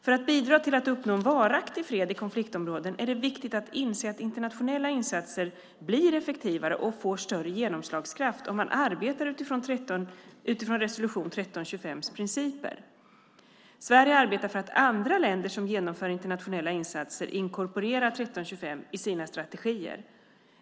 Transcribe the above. För att bidra till att uppnå en varaktig fred i konfliktområden är det viktigt att inse att internationella insatser blir effektivare och får större genomslagskraft om man arbetar utifrån resolution 1325:s principer. Sverige arbetar för att andra länder som genomför internationella insatser inkorporerar 1325 i sina strategier.